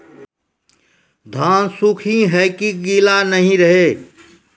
धान सुख ही है की गीला नहीं रहे?